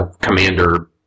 commander